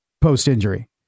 post-injury